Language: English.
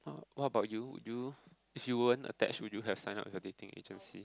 what about you would you if you weren't attached would you have signed up with a dating agency